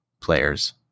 players